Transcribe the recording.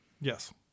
Yes